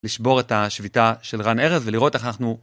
לשבור את השביתה של רן ארז ולראות איך אנחנו.